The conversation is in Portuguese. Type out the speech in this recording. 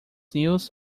news